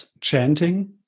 chanting